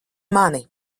mani